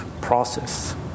process